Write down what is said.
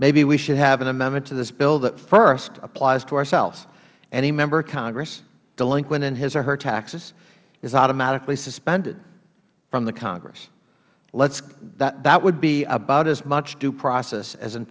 maybe we should have an amendment to this bill that first applies to ourselves any member of congress delinquent in his or her taxes is automatically suspended from the congress that would be about as much due process as in